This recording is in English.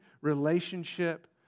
relationship